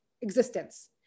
existence